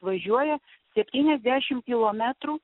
važiuoja septyniasdešim kilometrų